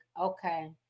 Okay